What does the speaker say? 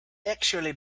actually